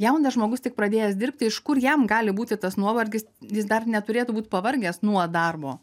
jaunas žmogus tik pradėjęs dirbti iš kur jam gali būti tas nuovargis jis dar neturėtų būt pavargęs nuo darbo